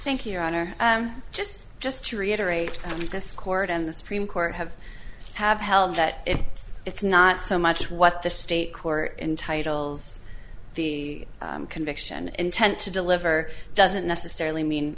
thank you your honor i just just to reiterate this court and the supreme court have have held that if it's not so much what the state court entitles the conviction intent to deliver doesn't necessarily mean